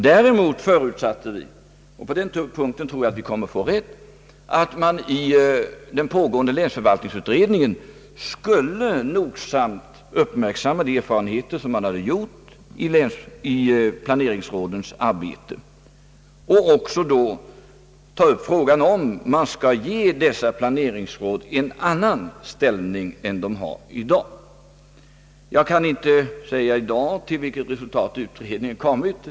Däremot förutsatte vi — och på den punkten tror jag vi kommer att få rätt — att man i den pågående länsförvaltningsutredningen nogsamt skulle uppmärksamma de erfarenheter som gjorts i planeringsrådens arbete och även ta upp frågan om man skall ge dessa planeringsråd en annan ställning än den som de har i dag. Jag kan inte säga nu till vilket resultat utredningen kommit.